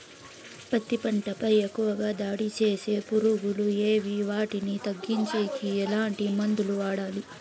పత్తి పంట పై ఎక్కువగా దాడి సేసే పులుగులు ఏవి వాటిని తగ్గించేకి ఎట్లాంటి మందులు వాడాలి?